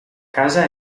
casa